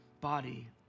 body